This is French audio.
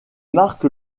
marque